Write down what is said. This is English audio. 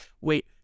wait